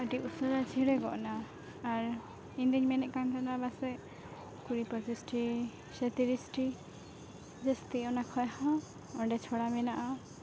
ᱟᱹᱰᱤ ᱩᱥᱟᱹᱨᱟ ᱪᱷᱤᱲᱟᱹ ᱜᱚᱫᱱᱟ ᱟᱨ ᱤᱧᱫᱚᱧ ᱢᱮᱱᱮᱫ ᱠᱟᱱ ᱛᱮᱦᱮᱱᱟ ᱵᱟᱥᱮᱪ ᱠᱩᱲᱤ ᱯᱚᱪᱤᱥᱴᱤ ᱥᱮ ᱛᱤᱨᱤᱥᱴᱤ ᱡᱟᱹᱥᱛᱤ ᱚᱱᱟ ᱠᱷᱚᱡᱦᱚᱸ ᱚᱸᱰᱮ ᱪᱷᱚᱲᱟ ᱢᱮᱱᱟᱜᱼᱟ